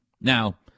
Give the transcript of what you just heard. Now